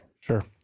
Sure